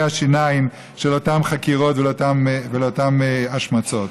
השיניים של אותן חקירות ושל אותן השמצות?